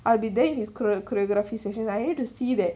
I'll be there in his choreo~ choreography sessions I need to see that